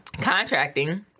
contracting